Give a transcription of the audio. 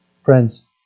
Friends